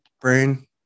brain